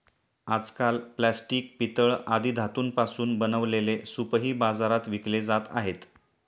आजकाल प्लास्टिक, पितळ आदी धातूंपासून बनवलेले सूपही बाजारात विकले जात आहेत